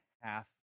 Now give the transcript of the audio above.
half